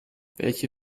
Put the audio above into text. welche